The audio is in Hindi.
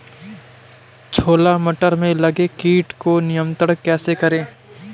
छोला मटर में लगे कीट को नियंत्रण कैसे करें?